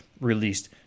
released